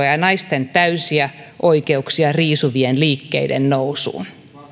ja ja naisten täysiä oikeuksia riisuvien liikkeiden nousuun